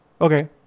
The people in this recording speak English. Okay